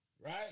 Right